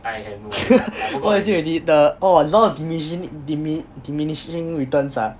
oh is it already is it oh law of dimishing dimi~ diminishing returns ah